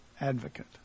advocate